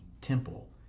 temple